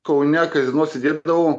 kaune kazino sėdėdavau